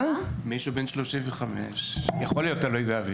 מישהו בן 35 יכול להיות תלוי באביו.